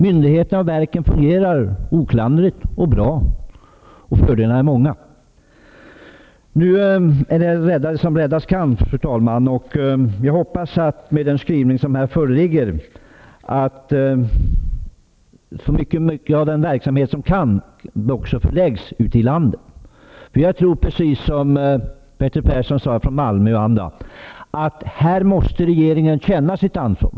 Myndigheterna och verken fungerar oklanderligt och bra och fördelarna är många. Fru talman! Rädda vad som räddas kan. Vi hoppas att, med den skrivning som här föreligger, så mycket som möjligt av den verksamhet som går att förlägga ut i landet också förläggs där. Jag tror, precis som Bertil Persson från Malmö m.fl., att regeringen måste ta sitt ansvar.